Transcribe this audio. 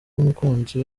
umukunzi